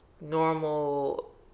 normal